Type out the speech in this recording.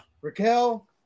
Raquel